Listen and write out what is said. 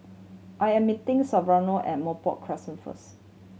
I am meeting Severo at Merbok Crescent first